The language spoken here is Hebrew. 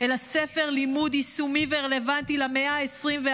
אלא ספר לימוד יישומי ורלוונטי למאה ה-21,